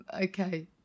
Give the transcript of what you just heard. Okay